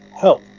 help